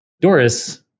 Doris